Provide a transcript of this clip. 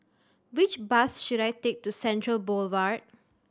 which bus should I take to Central Boulevard